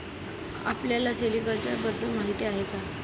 आपल्याला सेरीकल्चर बद्दल माहीती आहे का?